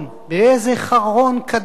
באיזה חרון קדוש,